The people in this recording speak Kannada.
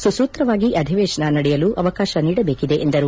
ಸೂಸೂತ್ರವಾಗಿ ಅಧಿವೇಶನ ನಡೆಯಲು ಅವಕಾಶ ನೀಡಬೇಕಿದೆ ಎಂದರು